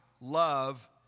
love